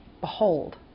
Behold